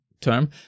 term